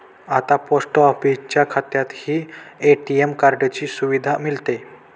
आता पोस्ट ऑफिसच्या खात्यातही ए.टी.एम कार्डाची सुविधा मिळते